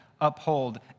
uphold